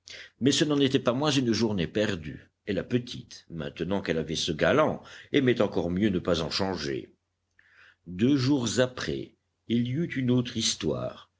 mais ce n'en était pas moins une journée perdue et la petite maintenant qu'elle avait ce galant aimait encore mieux ne pas en changer deux jours après il y eut une autre histoire